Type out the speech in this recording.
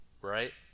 right